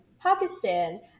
Pakistan